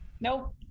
Nope